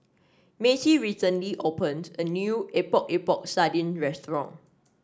Macie recently opened a new Epok Epok Sardin restaurant